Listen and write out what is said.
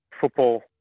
football